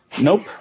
Nope